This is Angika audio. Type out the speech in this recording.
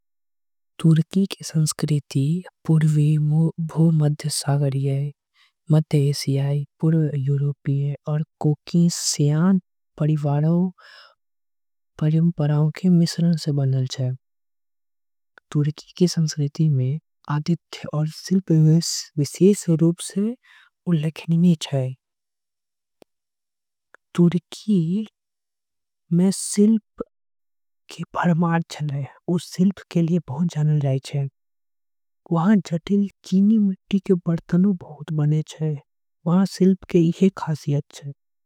तुर्की के संस्कृति पूर्वी मध्य सागरीय। मध्य एशियाई पूर्वी यूरोप परिवार आऊ। परंपरा के मिश्रण से बने छीये तुर्की के। संस्कृति में आदित्य और शिल्प विशेष। रूप से उल्लेखित छे तुर्की में शिल्प के। भरमार छे ऊ शिल्प के लिए जाने जाए। छीये मिट्टी के बर्तन बहुत प्रसिद्ध छे।